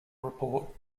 report